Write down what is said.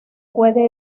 puede